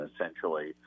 Essentially